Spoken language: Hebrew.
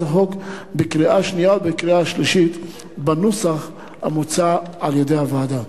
החוק בקריאה שנייה ובקריאה שלישית בנוסח המוצע על-ידי הוועדה.